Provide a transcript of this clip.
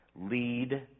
lead